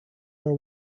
are